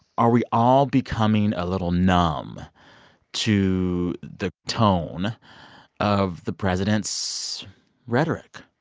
are we all becoming a little numb to the tone of the president's rhetoric?